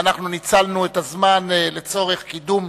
ואנחנו ניצלנו את הזמן לצורך קידום,